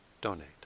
donate